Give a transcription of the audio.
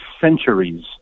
centuries